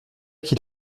qu’il